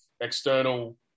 external